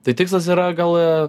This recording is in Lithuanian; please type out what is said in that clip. tai tikslas yra gal